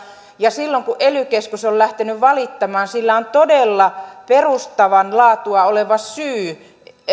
ja että silloin kun ely keskus on on lähtenyt valittamaan sillä on todella perustavaa laatua oleva syy